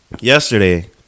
yesterday